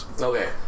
Okay